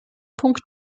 punkt